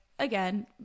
Again